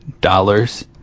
dollars